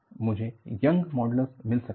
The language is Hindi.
मुझे यंगस मॉड्यूलस Youngs modulus मिल सकता हैं